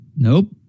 Nope